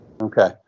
Okay